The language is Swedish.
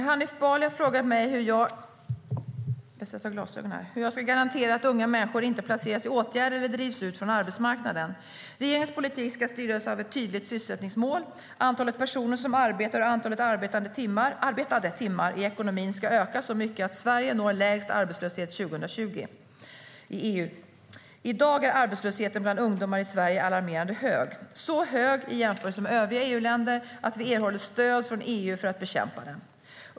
Fru talman! Hanif Bali har frågat mig hur jag ska garantera att unga människor inte placeras i åtgärder eller drivs ut från arbetsmarknaden. Regeringens politik ska styras av ett tydligt sysselsättningsmål. Antalet personer som arbetar och antalet arbetade timmar i ekonomin ska öka så att Sverige når lägst arbetslöshet i EU 2020. I dag är arbetslösheten bland ungdomar i Sverige alarmerande hög - så hög, i jämförelse med övriga EU-länder, att vi erhåller stöd från EU för att bekämpa den.